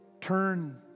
turn